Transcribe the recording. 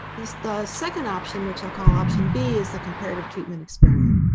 the the second option, which i'll call option b, is the comparative treatment experiment.